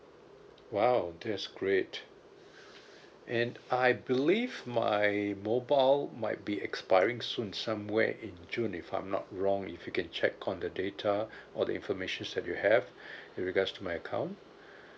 !wow! that's great and I believe my mobile might be expiring soon somewhere in june if I'm not wrong if you can check on the data or the information that you have with regards to my account